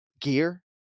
Gear